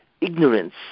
ignorance